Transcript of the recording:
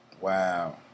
Wow